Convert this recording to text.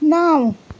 नौ